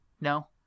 No